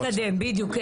אני רוצה להתקדם, בדיוק.